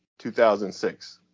2006